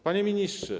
Panie Ministrze!